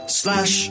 slash